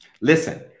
Listen